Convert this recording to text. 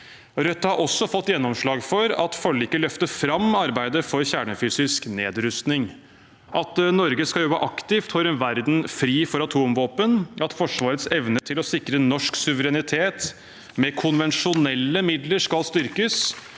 Rødt har også fått gjennomslag for at forliket løfter fram arbeidet for kjernefysisk nedrustning, at Norge skal jobbe aktivt for en verden fri for atomvåpen, og at Forsvarets evne til å sikre norsk suverenitet med konvensjonelle midler skal styrkes